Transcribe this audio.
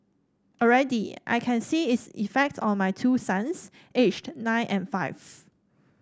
already I can see its effect on my two sons aged nine and five